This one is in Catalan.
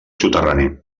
soterrani